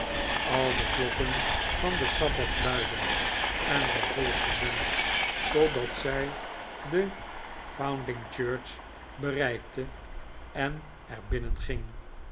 al de klokken van den sabbat luidden en zij volgde hen totdat zij de foundling church bereikte en er binnenging